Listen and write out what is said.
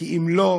כי אם לא,